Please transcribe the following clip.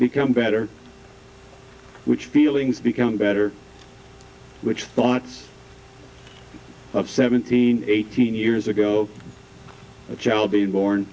become better which feelings become better which thoughts of seventeen eighteen years ago a child being born